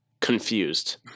confused